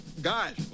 Guys